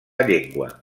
llengua